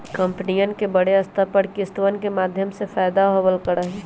कम्पनियन के बडे स्तर पर किस्तवन के माध्यम से फयदा होवल करा हई